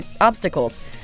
obstacles